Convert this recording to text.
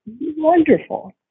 wonderful